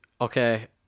Okay